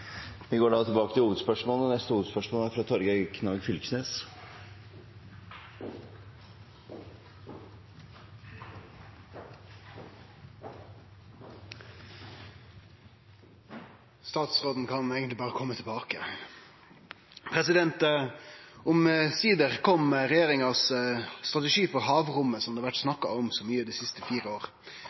neste hovedspørsmål. Statsråden kan eigentleg berre kome tilbake. Omsider kom regjeringas strategi for havrommet, som det har vore så mykje snakk om dei siste fire